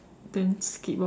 then skip lor